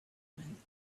meant